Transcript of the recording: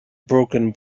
broken